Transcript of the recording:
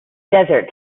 desert